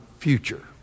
Future